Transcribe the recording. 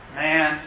man